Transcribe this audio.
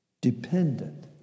dependent